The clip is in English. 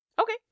Okay